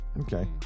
Okay